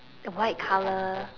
white color